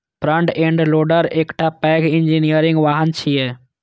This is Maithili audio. फ्रंट एंड लोडर एकटा पैघ इंजीनियरिंग वाहन छियै